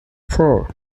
four